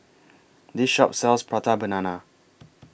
This Shop sells Prata Banana